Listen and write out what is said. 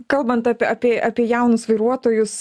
kalbant apie apie apie jaunus vairuotojus